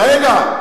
רגע,